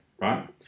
Right